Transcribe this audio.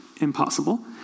impossible